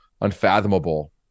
unfathomable